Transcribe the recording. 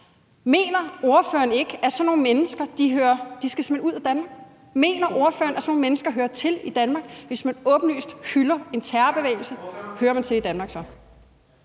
Mener ordføreren ikke, at sådan nogle mennesker simpelt hen skal ud af Danmark? Mener ordføreren, at sådan nogle mennesker hører til i Danmark? Hvis man åbenlyst hylder en terrorbevægelse, hører man så til i Danmark?